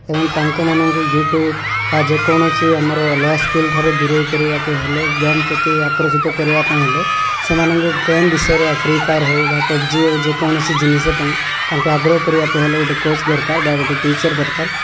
ଏବଂ ତାଙ୍କ ମାନଙ୍କୁ ୟୁଟ୍ୟୁବ୍ ବା ଯେକୌଣସି ଆମର ଅଲଗା ସ୍କିଲ୍ ଠାରୁ ଦୁରେଇ କରିବାକୁ ହେଲେ ଗେମ୍ ପ୍ରତି ଆକର୍ଷିତ କରିବା ପାଇଁ ହେଲେ ସେମାନଙ୍କୁ ଗେମ୍ ବିଷୟରେ ବା ଫ୍ରି ଫାୟାର୍ ହେଉ ବା ପବ୍ଜି ହେଉ ଯେକୌଣସି ଜିନିଷ ପାଇଁ ତାଙ୍କୁ ଆଗ୍ରହ କରିବାକୁ ହେଲେ ଗୋଟେ କୋଚ୍ ଦରକାର ବା ଗୋଟେ ଟିଚର୍ ଦରକାର